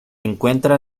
encuentra